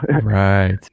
right